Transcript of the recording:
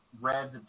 red